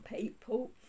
people